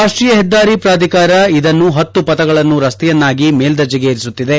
ರಾಷ್ಷೀಯ ಹೆದ್ದಾರಿ ಪಾಧಿಕಾರ ಇದನ್ನು ಪತ್ತು ಪಥಗಳನ್ನು ರಸ್ತೆಯನ್ನಾಗಿ ಮೇಲ್ವರ್ಜೆಗೆ ಏರಿಸುತ್ತಿದೆ